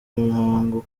muhango